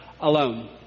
alone